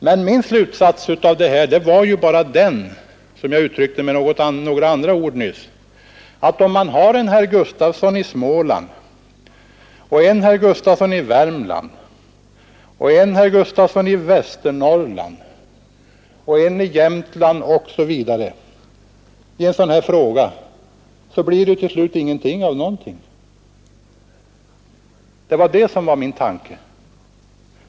Men om man har en herr Gustavsson i Småland, en herr Gustavsson i Värmland, en herr Gustavsson i Västerbotten och en i Jämtland osv. i en sådan här fråga, så blir det till sist ingenting av någonting. Det var det som var min tanke — jag uttryckte den på annat sätt nyss.